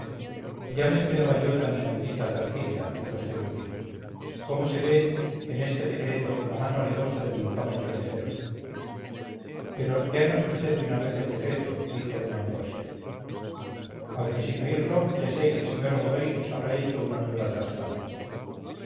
ya me esperaba yo tan inaudita perfidia dijo este último cómo se ve en este decreto la mano alevosa del infame choricero pero léanos usted de una vez el decreto dijo doña ambrosia aunque sin oírlo ya sé que el señor godoy nos habrá hecho una nueva trastada